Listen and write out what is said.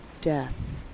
death